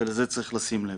ולזה צריך לשים לב.